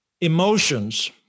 Emotions